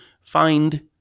find